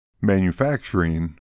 Manufacturing